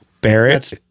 Barrett